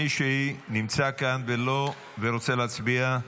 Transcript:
מישהי נמצאת כאן ורוצה להצביע?